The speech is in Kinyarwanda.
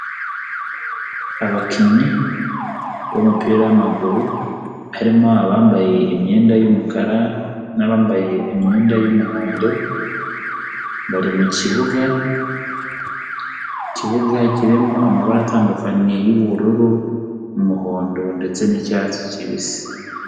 Abakinnyi b'umupira w'amaguru, harimo abambaye imyenda y'umukara n'abambaye imyenda y'umuhondo bari mu kibuga, ikibuga kirimo amabara atandukanye y'ubururu, umuhondo ndetse n'icyatsi kibisi.